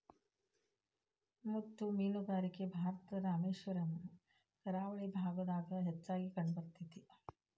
ಮುತ್ತು ಮೇನುಗಾರಿಕೆ ಭಾರತದ ರಾಮೇಶ್ವರಮ್ ನ ಕರಾವಳಿ ಭಾಗದಾಗ ಹೆಚ್ಚಾಗಿ ಕಂಡಬರ್ತೇತಿ